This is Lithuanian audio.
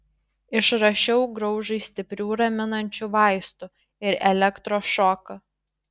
išrašiau graužui stiprių raminančių vaistų ir elektros šoką